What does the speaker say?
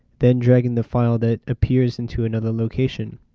then dragging the file that appears into another location.